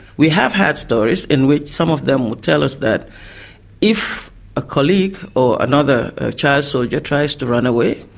we have had stories in which some of them would tell us that if a colleague or another child soldier tries to run away,